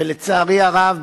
ולצערי הרב,